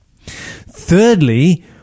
Thirdly